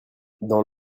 dans